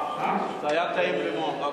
זה היה תה עם לימון.